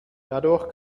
dadurch